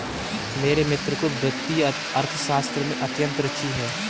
मेरे मित्र को वित्तीय अर्थशास्त्र में अत्यंत रूचि है